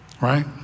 right